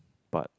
but